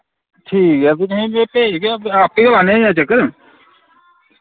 ठीक ऐ फ्ही कुसे में भेजगा आप्पे गै लान्ने यां चक्कर